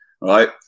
right